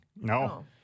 No